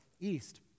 east